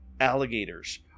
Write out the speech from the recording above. alligators